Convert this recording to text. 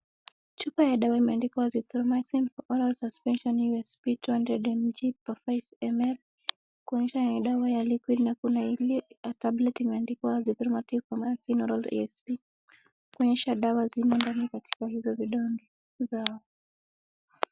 Chupa ya dawa imeandikwa azithromycin, for oral suspension, usp 200mg for 5ml kuonyesha ni dawa ya liquid na kuna iliyo ya tablet imeandikwa azithromycin for oral USP , kuonyesha dawa zimedana katika hizo vidonge zao.